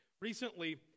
recently